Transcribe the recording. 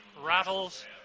rattles